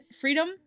Freedom